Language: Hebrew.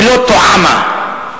ולא טועָמָה.